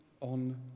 on